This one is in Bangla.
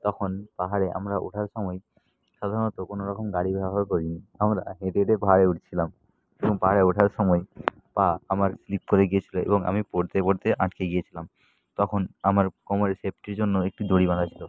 তখন পাহাড়ে আমরা ওঠার সময় সাধারণত কোনো রকম গাড়ি ব্যবহার করিনি আমরা হেঁটে হেঁটে পাহাড়ে উঠছিলাম এবং পাহাড়ে ওঠার সময় পা আমার স্লিপ করে গিয়েছিল এবং আমি পড়তে পড়তে আটকে গিয়েছিলাম তখন আমার কোমরে সেফটির জন্য একটি দড়ি বাঁধা ছিল